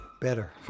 better